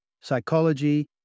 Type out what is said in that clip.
psychology